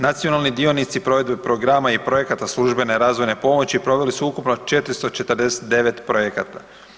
Nacionalni dionici provedbe programa i projekata službene razvojne pomoći proveli su ukupno 449 projekata.